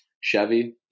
Chevy